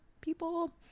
people